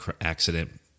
accident